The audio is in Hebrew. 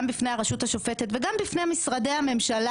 גם בפני הרשות השופטת וגם בפני משרדי הממשלה,